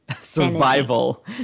survival